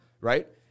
right